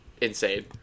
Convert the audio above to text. insane